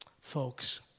Folks